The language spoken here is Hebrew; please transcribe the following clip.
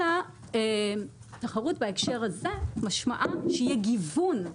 אלא תחרות בהקשר הזה משמעה שיהיה גיוון.